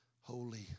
Holy